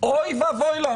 אוי ואבוי לנו.